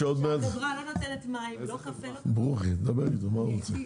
החברה לא נותנת מים, לא נותנת קפה, לא נותנת כלום.